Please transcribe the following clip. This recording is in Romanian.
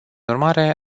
urmare